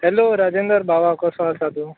hello Rajender भावा कसो आसा तूं